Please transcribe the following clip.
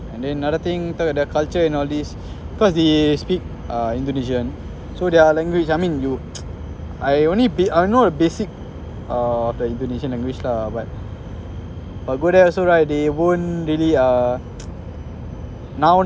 and then another thing talking about their culture in all these cause they speak uh indonesian so their language I mean you I only ba~ uh I only know the basic uh the indonesian language lah but uh go there also right they won't really uh now